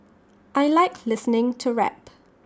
I Like listening to rap